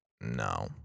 no